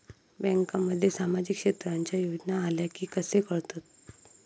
बँकांमध्ये सामाजिक क्षेत्रांच्या योजना आल्या की कसे कळतत?